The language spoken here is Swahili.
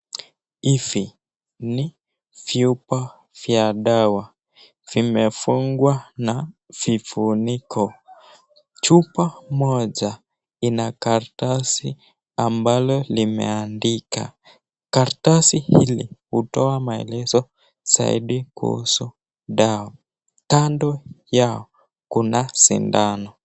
Hivi ni vyupa vya dawa. Vimefungwa na vifuniko. Chupa moja ina karatasi ambalo limeandika. Karatasi hili hutoa maelezo zaidi kuhusu dawa. Kando yao kuna sindano.